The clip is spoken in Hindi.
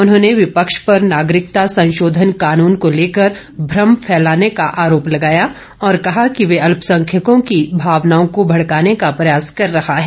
उन्होंने विपक्ष पर नागरिकता संशोधन कानून को लेकर भ्रम फैलाने का आरोप लगाया और कहा कि वे अल्पसंख्यकों की भावनाओं को भड़काने का प्रयास कर रहा है